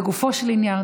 לגופו של עניין,